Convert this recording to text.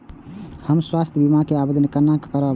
हम स्वास्थ्य बीमा के आवेदन केना करब?